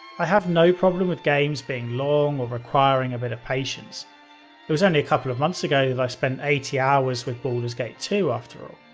i have no problem with games being long or requiring a bit of patience it was only a couple of months ago that i spent eighty hours with baldur's gate two after all.